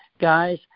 Guys